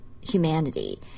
humanity